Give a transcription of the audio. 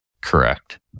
Correct